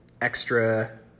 extra